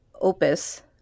Opus